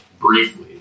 briefly